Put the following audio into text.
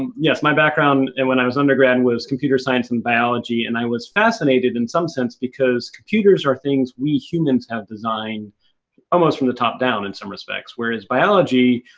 yes, my background, and when i was undergrad was computer science and biology and i was fascinated in some sense because computers are things we humans have designed almost from the top-down in some respects, whereas biology,